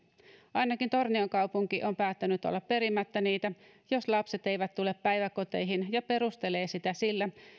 ainakin tornion kaupunki on päättänyt olla perimättä niitä jos lapset eivät tule päiväkoteihin ja perustelee sitä sillä